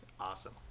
Awesome